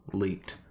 leaked